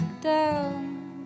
down